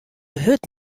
hurd